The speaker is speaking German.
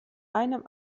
einem